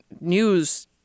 News